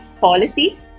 policy